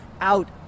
out